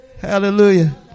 Hallelujah